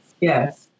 yes